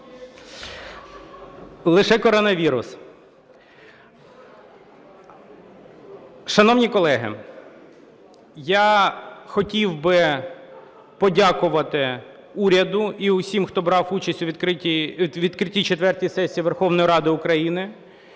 ГОЛОВУЮЧИЙ. Шановні колеги, я хотів би подякувати уряду і усім, хто брав участь у відкритті четвертої сесії Верховної Ради України.